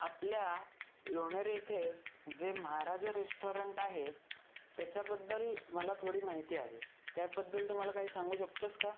आपल्या लोणेर येथे जे महाराजा रेस्टॉरंट आहे त्याच्याबद्दल मला थोडी माहिती हवी आहे त्याबद्दल तू मला काही सांगू शकतोस का